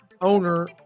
Owner